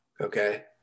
okay